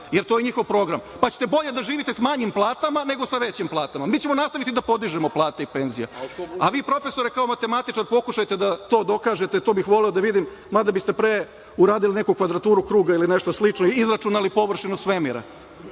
jer to je njihov program, pa ćete bolje da živite sa manjim platama, nego sa većim platama. Mi ćemo nastaviti da podižemo plate i penzije, a vi profesore kao matematičar, pokušajte da to dokažete, to bih voleo da vidim, mada biste pre uradili neku Kvadraturu kruga, ili nešto slično i izračunali površinu svemira,